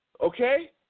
Okay